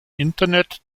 internet